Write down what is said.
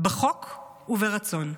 בחוק וברצון,